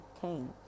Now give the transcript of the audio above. Cain